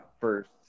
first